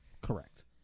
correct